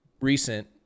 recent